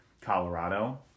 Colorado